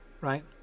right